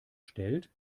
stellt